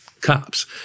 cops